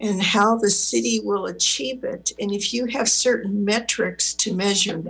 it and if you have certain metrics to measure